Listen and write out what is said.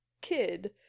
kid